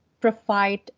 provide